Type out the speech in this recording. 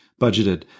budgeted